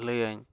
ᱞᱟᱹᱭᱟᱹᱧ